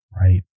Right